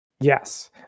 Yes